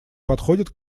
подходят